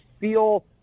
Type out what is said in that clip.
feel